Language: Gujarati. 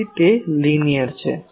પછી તે લીનીયર છે